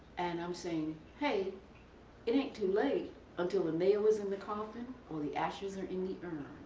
and i'm saying hey it ain't too late until the mail is in the coffin or the ashes are in the urn.